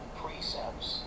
precepts